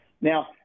Now